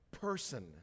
person